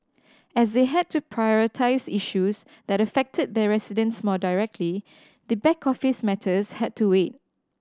as they had to prioritise issues that affected their residents more directly the back office matters had to wait